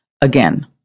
Again